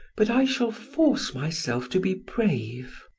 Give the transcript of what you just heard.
but i shall force myself to be brave.